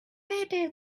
better